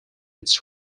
its